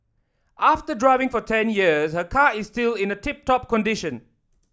after driving for ten years her car is still in a tip top condition